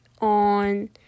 on